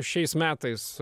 šiais metais